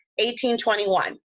1821